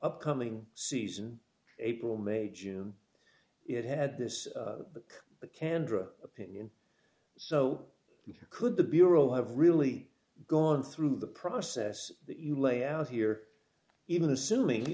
upcoming season april may june it had this but candra opinion so could the bureau have really gone through the process that you lay out here even assuming